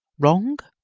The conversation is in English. wrong?